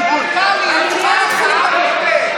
אני מייד אתחיל עם,